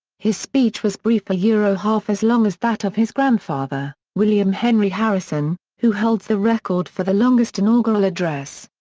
his speech was brief ah yeah half as long as that of his grandfather, william henry harrison, who holds the record for the longest inaugural address.